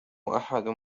أحد